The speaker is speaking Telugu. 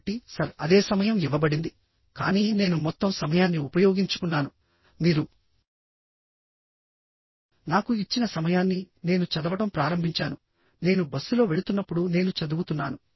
కాబట్టి సర్ అదే సమయం ఇవ్వబడింది కానీ నేను మొత్తం సమయాన్ని ఉపయోగించుకున్నాను మీరు నాకు ఇచ్చిన సమయాన్ని నేను చదవడం ప్రారంభించాను నేను బస్సులో వెళుతున్నప్పుడు నేను చదువుతున్నాను